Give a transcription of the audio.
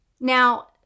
Now